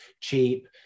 cheap